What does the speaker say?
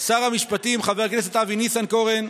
שר המשפטים חבר הכנסת אבי ניסנקורן,